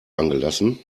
angelassen